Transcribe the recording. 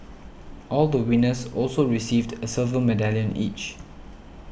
all the winners also received a silver medallion each